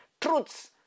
truths